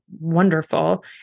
wonderful